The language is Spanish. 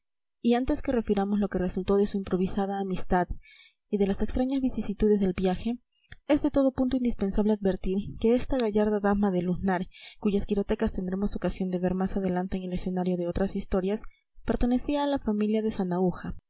y antes que refiramos lo que resultó de su improvisada amistad y de las extrañas vicisitudes del viaje es de todo punto indispensable advertir que esta gallarda dama del lunar cuyas quirotecas tendremos ocasión de ver más adelante en el escenario de otras historias pertenecía a la familia de